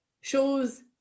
shows